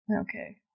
Okay